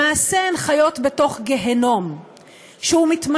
למעשה, הן חיות בתוך גיהינום מתמשך.